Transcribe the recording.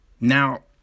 now